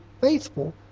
faithful